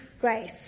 grace